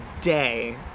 day